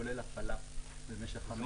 כולל הפעלה במשך חמש שנים.